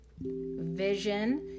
vision